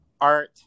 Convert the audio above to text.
art